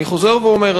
אני חוזר ואומר,